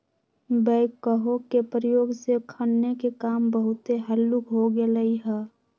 backhoe के प्रयोग से खन्ने के काम बहुते हल्लुक हो गेलइ ह